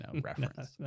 reference